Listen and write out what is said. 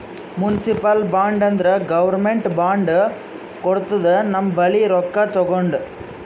municipal bond ಅಂದುರ್ government bond ಕೊಡ್ತುದ ನಮ್ ಬಲ್ಲಿ ರೊಕ್ಕಾ ತಗೊಂಡು